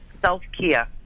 self-care